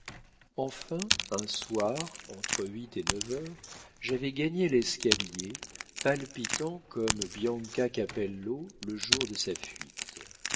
enfin un soir entre huit et neuf heures j'avais gagné l'escalier palpitant comme bianca capello le jour de sa fuite